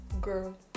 girl